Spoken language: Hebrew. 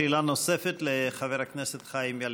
שאלה נוספת לחבר הכנסת חיים ילין.